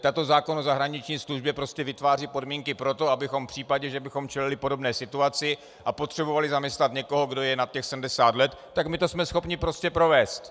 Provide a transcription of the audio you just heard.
Tento zákon o zahraniční službě prostě vytváří podmínky pro to, abychom v případě, že bychom čelili podobné situaci a potřebovali zaměstnat někoho, kdo je nad těch 70 let, tak my to jsme schopni prostě provést.